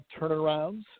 turnarounds